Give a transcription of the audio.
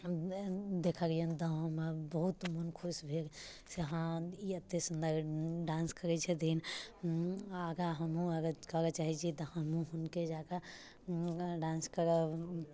हम देखलिअनि तऽ हम बहुत मोन खुश भेल से हाँ ई एतेक सुन्दर डान्स करै छथिन आगाँ हमहूँ अगर करऽ चाहै छिए तऽ हमहूँ हुनके जकाँ आगाँ डान्स करब